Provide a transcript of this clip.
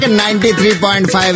93.5